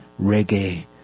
reggae